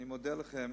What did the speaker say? אני מודה לכם